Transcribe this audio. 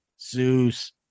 Zeus